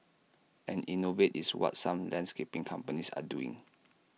and innovate is what some landscaping companies are doing